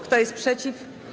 Kto jest przeciw?